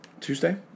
Tuesday